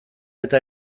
eta